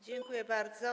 Dziękuję bardzo.